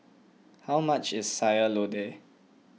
how much is Sayur Lodeh